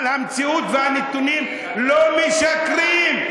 אבל המציאות והנתונים לא משקרים.